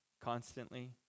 constantly